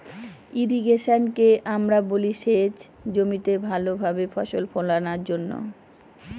ইর্রিগেশনকে আমরা বলি সেচ জমিতে ভালো ভাবে ফসল ফোলানোর জন্য